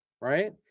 right